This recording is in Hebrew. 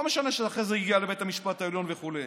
לא משנה שאחרי זה זה הגיע לבית המשפט העליון וכו'.